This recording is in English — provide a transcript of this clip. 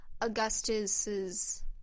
Augustus's